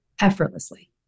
effortlessly